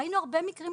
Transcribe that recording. ראינו הרבה מקרים,